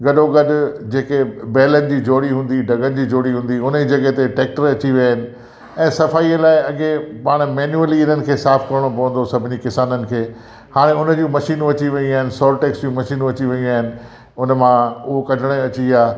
गॾो गॾु जेके बैलनि जी जोड़ी हूंदी डगनि जी जोड़ी हूंदी हुन जी जॻह ते टैक्टर अची विया आहिनि ऐं सफ़ाईअ लाइ अॻिए पाण मैनुअली हिननि खे साफ़ करिणो पवंदो सभिनी किसाननि खे हाणे उन जी मशीनूं अची वियूं आहिनि सॉल्ट टैस्ट जूं मशीनूं अची वियूं आहिनि उन मां उहो कढणु अची विया